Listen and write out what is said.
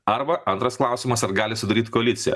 arba antras klausimas ar gali sudaryt koaliciją